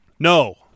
No